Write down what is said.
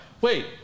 wait